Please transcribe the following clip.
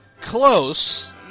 Close